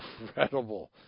incredible